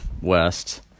west